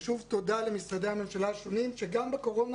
שוב, תודה למשרדי הממשלה השונים שגם בקורונה